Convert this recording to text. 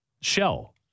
shell